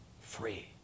free